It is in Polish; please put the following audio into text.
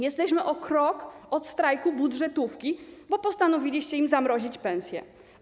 Jesteśmy o krok od strajku budżetówki, bo postanowiliście im zamrozić pensje.